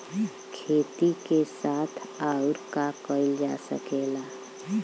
खेती के साथ अउर का कइल जा सकेला?